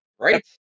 Right